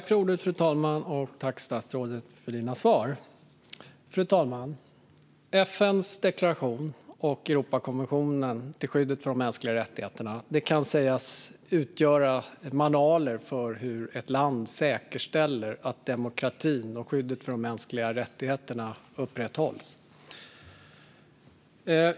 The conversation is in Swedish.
Fru talman! Tack, statsrådet, för svaren! FN:s deklaration och Europakonventionen om skydd för de mänskliga rättigheterna kan sägas utgöra manualer för hur ett land säkerställer att demokratin och skyddet för de mänskliga rättigheterna upprätthålls.